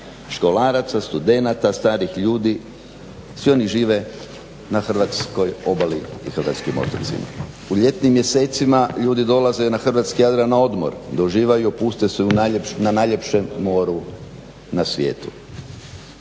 školaraca, studenata, starih ljudi, svi oni žive na hrvatskoj obali i hrvatskim otocima. U ljetnim mjesecima ljudi dolaze na Hrvatski jadran na odmor, da uživaju i opuste se na najljepšem moru na svijetu.